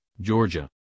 georgia